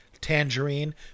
Tangerine